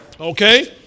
okay